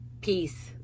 peace